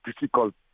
difficult